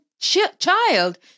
child